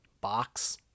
box